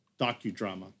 docudrama